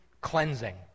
cleansing